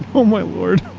oh my lord.